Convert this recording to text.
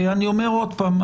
אני אומר עוד פעם,